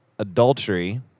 adultery